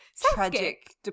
tragic